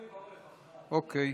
אוקיי.